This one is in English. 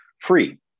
free